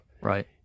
Right